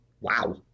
Wow